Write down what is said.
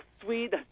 sweet